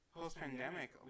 post-pandemic